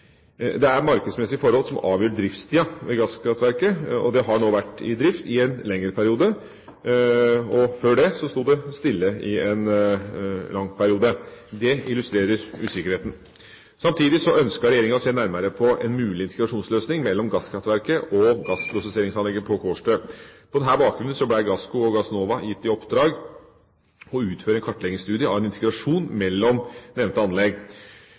Det er markedsmessige forhold som avgjør driftstiden ved gasskraftverket. Det har nå vært i drift i en lengre periode, og før det sto det stille i en lang periode. Dette illustrerer usikkerheten. Samtidig ønsker Regjeringa å se nærmere på en mulig integrasjonsløsning mellom gasskraftverket og gassprosesseringsanlegget på Kårstø. På denne bakgrunn ble Gassco og Gassnova gitt i oppdrag å utføre en kartleggingsstudie av en integrasjon mellom nevnte anlegg.